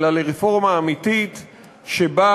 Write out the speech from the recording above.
וזה